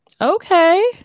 Okay